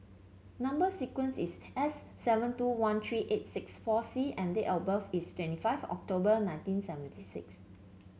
number sequence is S seven two one three eight six four C and date of birth is twenty five October nineteen seventy six